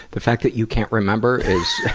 the fact that you can't remember is,